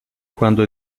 quando